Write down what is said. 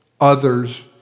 others